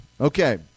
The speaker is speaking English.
Okay